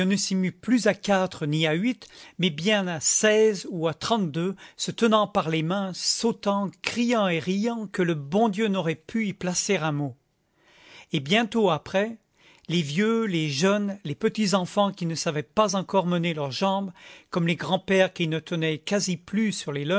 plus à quatre ni à huit mais bien à seize ou à trente-deux se tenant par les mains sautant criant et riant que le bon dieu n'aurait pu y placer un mot et bientôt après les vieux les jeunes les petits enfants qui ne savaient pas encore mener leurs jambes comme les grands-pères qui ne tenaient quasi plus sur les